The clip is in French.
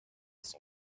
son